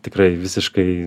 tikrai visiškai